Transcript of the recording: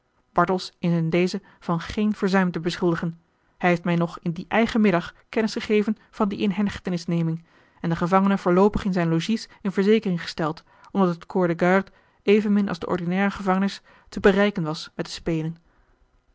bartels is in dezen van geen verzuim te beschuldigen hij heeft mij nog in dien eigen middag kennisgegeven van die inhechtenisneming en den gevangene voorloopig in zijn logies in verzekering gesteld omdat het corps de garde evenmin als de ordinaire gevangenis te bereiken was met de spelen